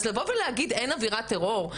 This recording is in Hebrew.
אז לבוא ולהגיד שאין אווירת טרור?